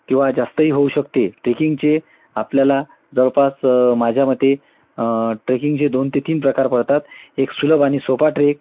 किंवा जास्तही होऊ शकते ट्रेकिंगचे आपल्याला जवळपास माझ्या मते ट्रेकिंगचे दोन ते तीन प्रकार पडतात एक सुलभ आणि सोपा ट्रेक